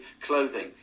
clothing